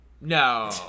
no